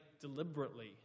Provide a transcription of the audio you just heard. deliberately